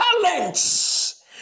talents